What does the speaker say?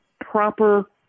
proper